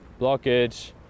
blockage